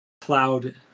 cloud